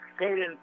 Caden